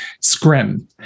scrim